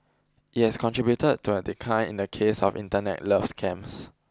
it has contributed to a decline in the case of Internet love scams